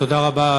תודה רבה.